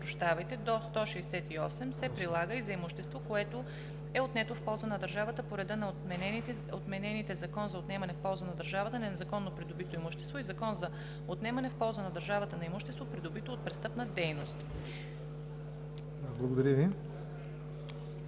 – 168 се прилага и за имущество, което е отнето в полза на държавата по реда на отменените Закон за отнемане в полза на държавата на незаконно придобито имущество и Закон за отнемане в полза на държавата на имущество, придобито от престъпна дейност (обн., ДВ,